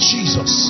Jesus